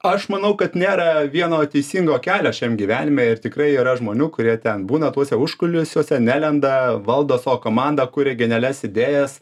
aš manau kad nėra vieno teisingo kelio šiam gyvenime ir tikrai yra žmonių kurie ten būna tuose užkulisiuose nelenda valdo savo komandą kuria genialias idėjas